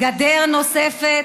גדר נוספת,